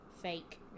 fake